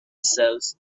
cells